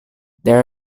there